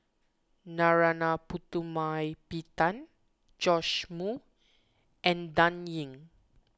Narana Putumaippittan Joash Moo and Dan Ying